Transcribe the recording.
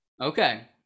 Okay